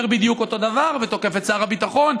בדיוק אותו דבר ותוקף את שר הביטחון,